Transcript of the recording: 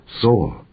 saw